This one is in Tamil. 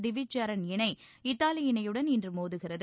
திவிஜ் சரண் இணை இத்தாவி இணையுடன் இன்று மோதுகிறது